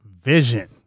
Vision